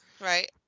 Right